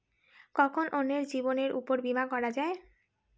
কখন অন্যের জীবনের উপর বীমা করা যায়?